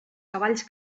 cavalls